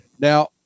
Now